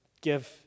give